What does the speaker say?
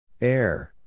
Air